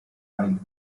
island